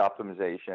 optimization